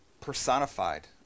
personified